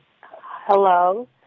Hello